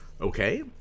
Okay